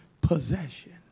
possession